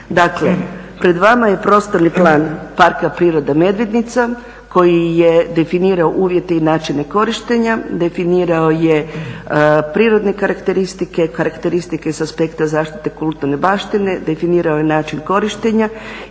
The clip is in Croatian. Dakle, pred vama je prostorni plan Parka prirode Medvednica koji je definirao uvjete i načine korištenja, definirao je prirodne karakteristike, karakteristike sa aspekta zaštite kulturne baštine, definirao je način korištenja